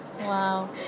Wow